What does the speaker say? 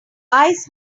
ice